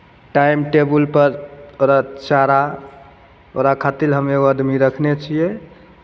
time टेबुलपर ओकरा चारा ओकरा खातिर हम एगो आदमी रखने छियै